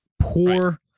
poor